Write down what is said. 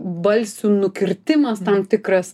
balsių nukirtimas tam tikras